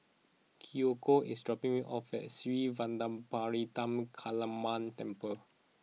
Kiyoko is dropping me off at Sri Vadapathira Kaliamman Temple